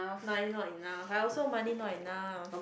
money not enough I also money not enough